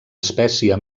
espècia